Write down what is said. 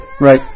Right